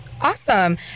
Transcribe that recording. Awesome